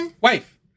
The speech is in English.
Wife